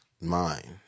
mind